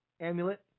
amulet